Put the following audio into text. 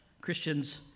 Christians